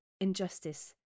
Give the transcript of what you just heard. injustice